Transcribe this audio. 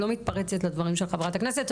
את לא מתפרצת לדברים של חברת הכנסת.